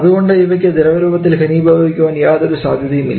അതുകൊണ്ട് ഇവയ്ക്ക് ദ്രവരൂപത്തിൽ ഘനീഭവിക്കുവാൻ യാതൊരു സാധ്യതയുമില്ല